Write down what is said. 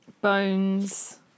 Bones